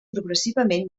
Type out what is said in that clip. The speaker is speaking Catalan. progressivament